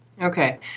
Okay